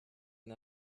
and